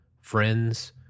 friends